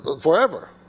forever